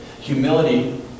Humility